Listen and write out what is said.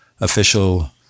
official